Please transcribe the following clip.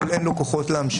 אבל אין לו כוחות להמשיך.